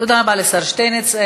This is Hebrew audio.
תודה רבה לשר שטֶייניץ.